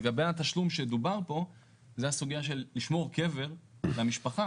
לגבי התשלום שדובר פה זו הסוגיה של לשמור קבר למשפחה,